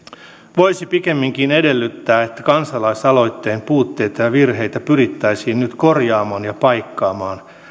voisi pikemminkin edellyttää että kansalaisaloitteen puutteita ja virheitä pyrittäisiin nyt korjaamaan ja paikkaamaan